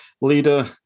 leader